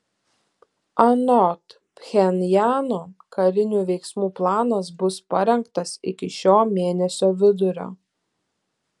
anot pchenjano karinių veiksmų planas bus parengtas iki šio mėnesio vidurio